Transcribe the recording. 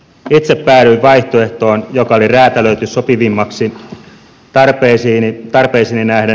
itse päädyin vaihtoehtoon joka oli räätälöity sopivimmaksi tarpeisiini nähden